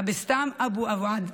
אבתיסאם אבו עוואד,